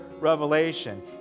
revelation